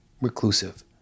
reclusive